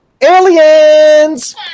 Aliens